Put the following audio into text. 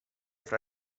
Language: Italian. fra